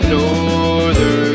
Northern